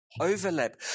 Overlap